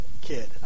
kid